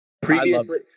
previously